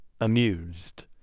amused